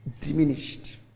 diminished